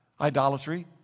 Idolatry